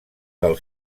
del